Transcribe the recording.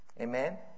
Amen